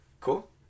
cool